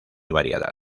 variada